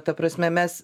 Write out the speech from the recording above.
ta prasme mes